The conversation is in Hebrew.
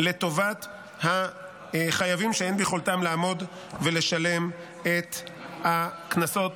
לטובת החייבים שאין ביכולתם לעמוד ולשלם את הקנסות,